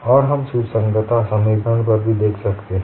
और हम सुसंगतता समीकरण पर भी देख सकते हैं